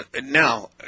Now